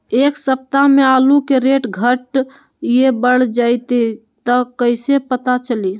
एक सप्ताह मे आलू के रेट घट ये बढ़ जतई त कईसे पता चली?